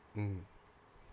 mm